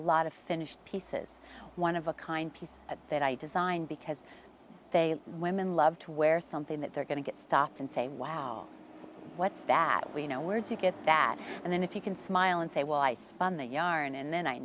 a lot of finished pieces one of a kind piece that i design because they women love to wear something that they're going to get stopped and say wow what's that we know where to get that and then if you can smile and say well i spun the yarn and then i